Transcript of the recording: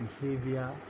behavior